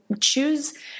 choose